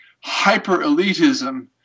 hyper-elitism